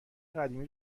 قدیمی